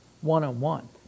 one-on-one